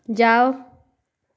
जाओ